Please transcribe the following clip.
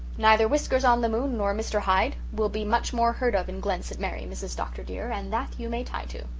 neither whiskers-on-the-moon or mr. hyde will be much more heard of in glen st. mary, mrs. dr. dear, and that you may tie to.